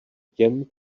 těm